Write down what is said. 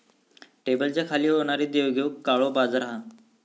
टेबलाच्या खाली होणारी देवघेव काळो बाजार हा